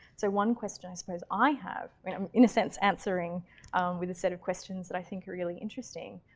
so one question i suppose i have. i'm in a sense answering with a set of questions that i think are really interesting.